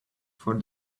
for